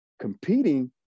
competing